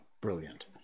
Brilliant